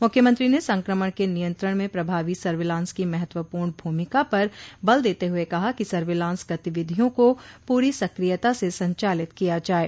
मूख्यमंत्री ने संक्रमण के नियंत्रण में प्रभावी सर्विलांस की महत्वपूर्ण भूमिका पर बल देते हुए कहा कि सर्विलांस गतिविधियों को पूरी सक्रियता से संचालित किया जाये